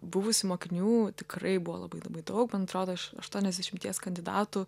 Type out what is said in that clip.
buvusių mokinių tikrai buvo labai labai daug man atrodo iš aštuoniasdešimties kandidatų